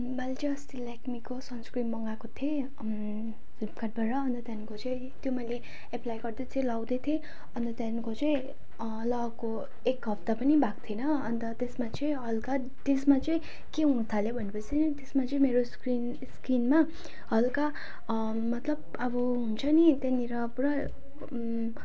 मैले चाहिँ अस्ति लेकमिको सनस्क्रिन मगाएको थिएँ फ्लिपकार्टबाट अन्त त्यहाँको चाहिँ त्यो मैले एप्लाई गर्दै थिएँ लगाउँदै थिएँ अन्त त्यहाँको चाहिँ लगाएको एक हप्ता पनि भएको थिएन अन्त त्यसमा चाहिँ हल्का त्यसमा चाहिँ के हुन थाल्यो भने पछि त्यसमा चाहिँ मेरो स्किन स्किनमा हल्का मतलब अब हुन्छ नि त्यहाँनेर पुरा